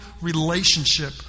relationship